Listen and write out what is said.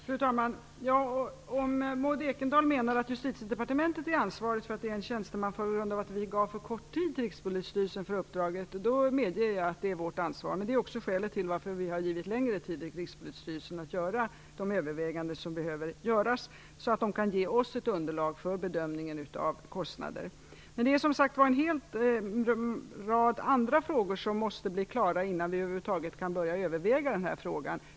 Fru talman! Om Maud Ekendahl menar att Justitiedepartementet är ansvarigt för att det är en tjänsteman, som gjort sammanställningen på grund av att vi gav för kort tid till Rikspolisstyrelsen för uppdraget, medger jag att det är vårt ansvar. Det är också skälet till att vi har givit längre tid till Rikspolisstyrelsen att göra de överväganden som behöver göras så att den kan ge oss ett underlag för bedömningen av kostnader. Det är en rad andra frågor som måste bli klara innan vi över huvud taget kan börja överväga den här frågan.